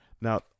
Now